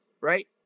right